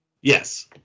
Yes